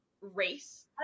race